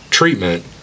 treatment